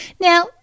Now